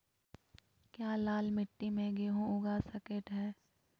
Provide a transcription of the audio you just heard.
क्या लाल मिट्टी में गेंहु उगा स्केट है?